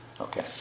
okay